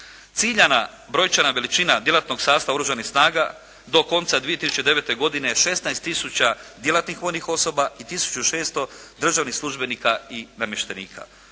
Ciljana brojčana veličina djelatnog sastava oružanih snaga do konca 2009. godine 16 tisuća djelatnih vojnih osoba i 1600 državnih službenika i namještenika.